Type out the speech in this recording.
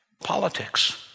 politics